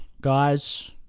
guys